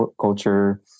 culture